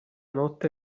notte